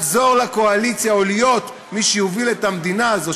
לחזור לקואליציה או להיות מי שיוביל את המדינה הזאת,